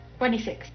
26